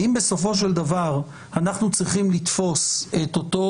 ואם בסופו של דבר אנחנו צריכים לתפוס את אותו